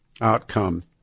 outcome